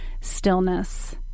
stillness